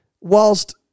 whilst